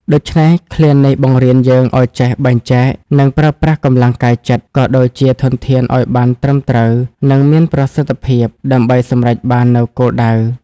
ដូច្នេះ ឃ្លានេះបង្រៀនយើងឱ្យចេះបែងចែក និងប្រើប្រាស់កម្លាំងកាយចិត្ត ក៏ដូចជាធនធានឱ្យបានត្រឹមត្រូវ និងមានប្រសិទ្ធភាព ដើម្បីសម្រេចបាននូវគោលដៅ។